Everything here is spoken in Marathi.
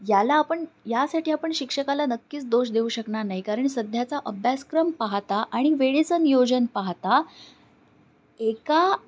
याला आपण यासाठी आपण शिक्षकाला नक्कीच दोष देऊ शकणार नाही कारण सध्याचा अभ्यासक्रम पाहता आणि वेळेचं नियोजन पाहता एका